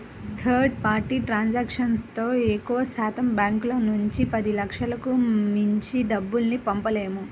third party ట్రాన్సాక్షన్తో ఎక్కువశాతం బ్యాంకుల నుంచి పదిలక్షలకు మించి డబ్బుల్ని పంపలేము